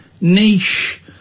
niche